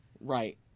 Right